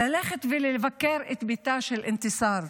ללכת ולבקר בביתה של אנתסאר.